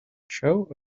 show